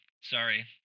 Sorry